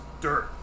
dirt